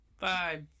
Bye